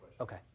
Okay